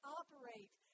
operate